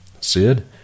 Sid